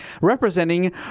representing